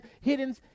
hidden